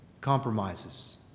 compromises